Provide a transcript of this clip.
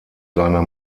seiner